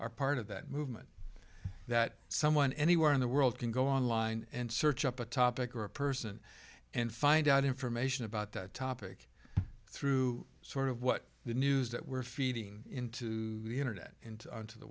are part of that movement that someone anywhere in the world can go online and search up a topic or a person and find out information about that topic through sort of what the news that we're feeding into the internet and into the